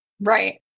Right